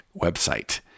website